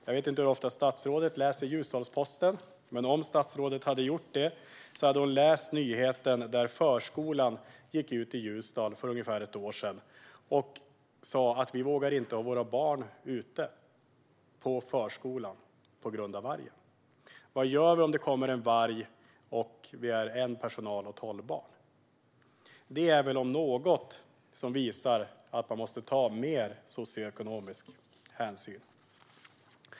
Jag vet inte hur ofta statsrådet läser Ljusdals-Posten, men om hon gör det läste hon kanske nyheten för ungefär ett år sedan om förskolan som inte vågade ha barnen ute på grund av vargen. De undrade vad de skulle göra om det skulle komma en varg och de var en personal på tolv barn. Det om något visar väl att man måste ta mer socioekonomisk hänsyn.